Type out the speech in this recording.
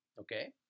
Okay